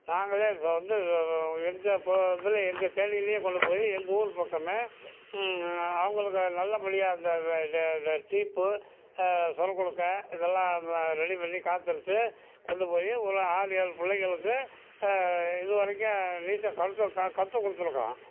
நாங்களே இங்கே வந்து எங்கள் இப்போ இதிலே எங்கள் கேணிலியே கொண்டு போயி எங்கள் ஊர் பக்கமே அவங்களுக்கு நல்லபடியாக இந்த டீப்பு சொரைக் குடுக்கை இதெல்லாம் ரெடி பண்ணி காற்றடிச்சு கொண்டு போயி ஒரு ஆறு ஏழு பிள்ளைங்களுக்கு இது வரைக்கும் நீச்சல் கற்று கற்று கொடுத்துருக்கோம்